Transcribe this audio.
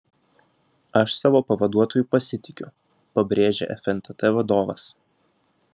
aš savo pavaduotoju pasitikiu pabrėžė fntt vadovas